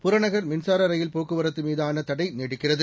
புறநகர் மின்சார ரயில் போக்குவரத்து மீதான தடை நீடிக்கிறது